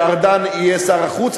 שארדן יהיה שר החוץ,